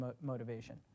motivation